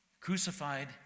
crucified